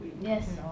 Yes